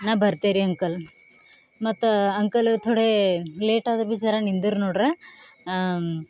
ನಾನು ಬರ್ತೆ ರೀ ಅಂಕಲ್ ಮತ್ತು ಅಂಕಲ್ ಥೋಡೆ ಲೇಟ್ ಆದರೆ ಭೀ ಜರಾ ನಿಂದಿರಿ ನೋಡ್ರಿ